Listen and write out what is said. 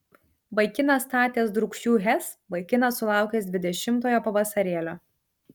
vaikinas statęs drūkšių hes vaikinas sulaukęs dvidešimtojo pavasarėlio